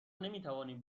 نمیتوانیم